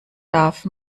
darf